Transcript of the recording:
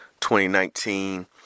2019